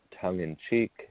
tongue-in-cheek